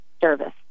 service